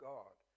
God